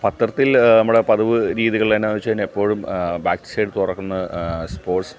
പത്രത്തിൽ നമ്മുടെ പതിവ് രീതികൾ എന്നുവെച്ചാൽ എപ്പോഴും ബാക്ക്സൈഡ് തുറന്ന് സ്പോർട്സ്